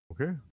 Okay